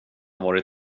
varit